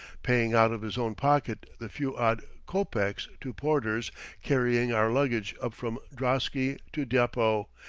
paying out of his own pocket the few odd copecks to porters carrying our luggage up from drosky to depot,